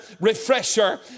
refresher